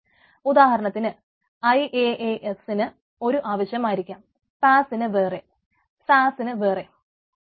ഉദാഹരണത്തിന് I A A എസ്സിന് ന് വേറെ അങ്ങനെ